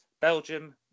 Belgium